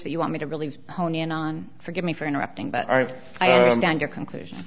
that you want me to really hone in on forgive me for interrupting but i have found your conclusion